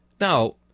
Now